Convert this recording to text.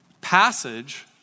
passage